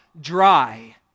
dry